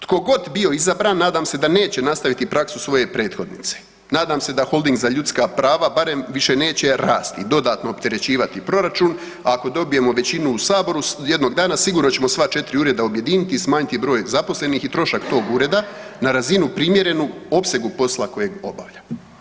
Tko god bio izabran, nadam se da neće nastaviti praksu svoje prethodnice, nadam se da holding za ljudska prava barem više neće rasti, dodatno opterećivati proračun, a ako dobijemo većinu u Saboru, jednog dana, sigurno ćemo sva 4 ureda objediniti i smanjiti broj zaposlenih i trošak tog ureda, na razinu primjerenu opsegu posla kojeg obavlja.